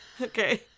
Okay